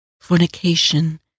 fornication